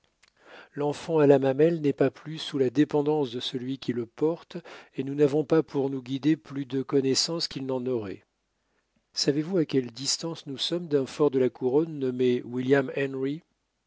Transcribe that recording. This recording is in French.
l'enfant à la mamelle n'est pas plus sous la dépendance de celui qui le porte et nous n'avons pas pour nous guider plus de connaissances qu'il n'en aurait savezvous à quelle distance nous sommes d'un fort de la couronne nommé william henry